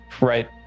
Right